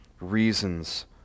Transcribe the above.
reasons